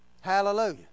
hallelujah